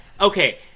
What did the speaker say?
Okay